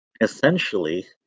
essentially